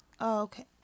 Okay